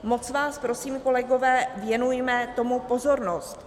Moc vás prosím kolegové, věnujme tomu pozornost.